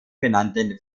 benannten